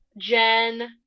Jen